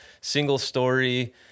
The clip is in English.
single-story